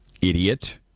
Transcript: Idiot